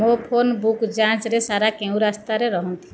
ମୋ phone book ଯାଞ୍ଚରେ ସାରା କେଉଁ ରାସ୍ତାରେ ରହନ୍ତି